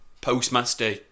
postmaster